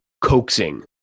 coaxing